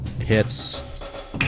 Hits